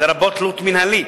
לרבות תלות מינהלית,